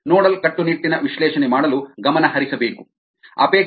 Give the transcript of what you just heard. nodal ಕಟ್ಟುನಿಟ್ಟಿನ ವಿಶ್ಲೇಷಣೆ ಮಾಡಲು ಗಮನಹರಿಸಬೇಕು